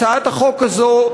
הצעת החוק הזאת,